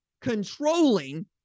controlling